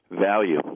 value